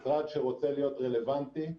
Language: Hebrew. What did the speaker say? משרד שרוצה להיות רלוונטי,